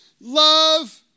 Love